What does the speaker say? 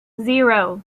zero